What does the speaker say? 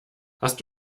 hast